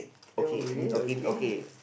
don't worry okay